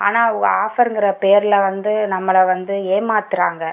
ஆனால் அவங்க ஆஃபர்ங்கிற பேரில் வந்து நம்மளை வந்து ஏமாற்றுறாங்க